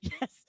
Yes